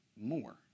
more